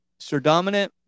surdominant